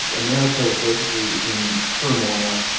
america was basically in turmoil.